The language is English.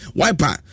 wiper